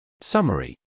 Summary